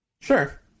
Sure